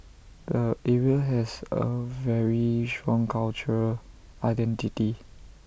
the area has A very strong cultural identity